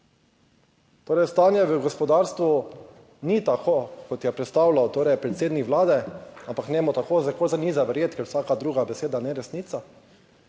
Torej, stanje v gospodarstvu ni tako kot je predstavljal torej predsednik Vlade, ampak njemu tako nikoli ni za verjeti, ker vsaka druga beseda ne resnica,